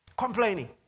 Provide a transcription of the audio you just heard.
Complaining